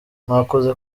mwakoze